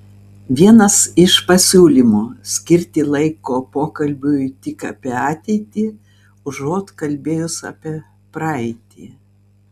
vienas iš pasiūlymų skirti laiko pokalbiui tik apie ateitį užuot kalbėjus apie praeitį